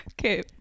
okay